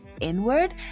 inward